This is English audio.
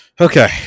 Okay